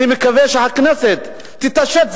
אני מקווה שהכנסת תתעשת.